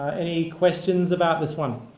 any questions about this one?